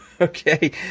Okay